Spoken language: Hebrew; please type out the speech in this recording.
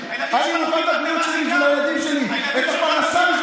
מי יביא את החיסונים אם לא יהיו פה רופאים?